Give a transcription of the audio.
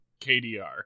KDR